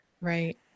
Right